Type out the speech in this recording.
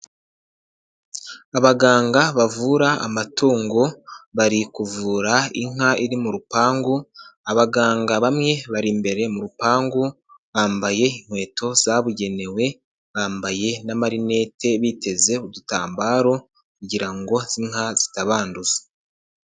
Abaganga bavura amatungo bari kuvura inka iri mu rupangu, abaganga bamwe bari imbere mu rupangu, bambaye inkweto zabugenewe, bambaye n'amarinete biteze udutambaro kugingira ngo inka zitabanduza.